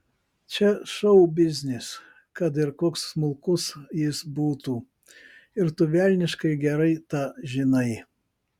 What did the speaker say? čia šou biznis kad ir koks smulkus jis būtų ir tu velniškai gerai tą žinai